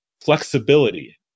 Flexibility